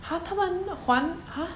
!huh! 他们换 !huh!